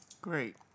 Great